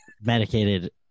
medicated